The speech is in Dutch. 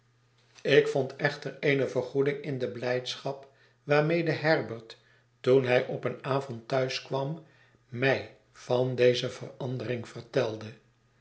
ik vond echter eene vergoeding in de blijdschap waarmede herbert toen hij op een avond thuis kwam mij van deze verandering vertelde